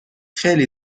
خیلی